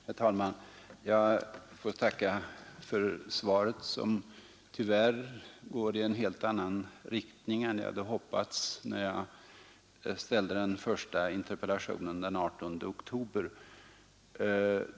Herr talman! Jag får tacka för svaret, som tyvärr går i en helt annan riktning än jag hoppades när jag ställde den första interpellationen den 18 oktober.